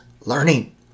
learning